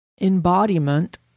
Embodiment